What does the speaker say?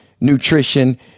nutrition